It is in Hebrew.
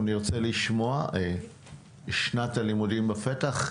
אנחנו נרצה לשמוע, שנת הלימודים בפתח,